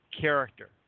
character